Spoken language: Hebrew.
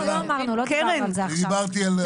לא, לא, לא אמרנו, לא דיברנו על זה עכשיו.